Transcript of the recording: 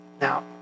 Now